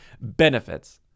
Benefits